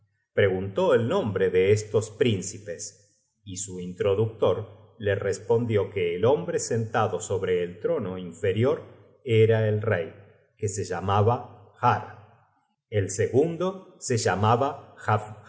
preguntó el nombre de estos príncipes y su introductor le respondió que el hombre sentado sobre el trono inferior era el rey que se llamaba har el segundo se llamaba